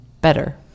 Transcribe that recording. better